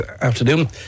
afternoon